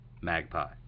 Magpie